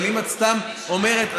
אני שואלת.